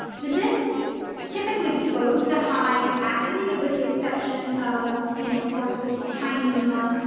the discs typically boasts a high capacity with the exception of you know of course, this tiny lumma